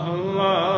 Allah